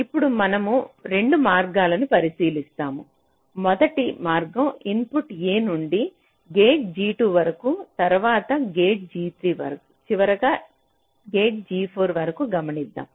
ఇప్పుడు మనము 2 మార్గాలను పరిశీలిస్తాము మొదటి మార్గం ఇన్పుట్ a నుండి గేట్ G2 వరకు తరువాత గేట్ G3 చివరిగా గా గేట్ G4 వరకు గమనిద్దాం